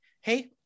Hey